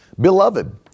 beloved